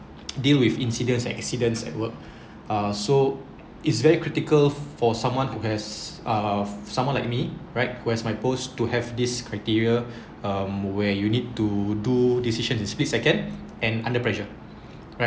deal with incidents accidents at work uh so it's very critical for someone who has uh someone like me right who has my post to have this criteria um where you need to do decision in split second and under pressure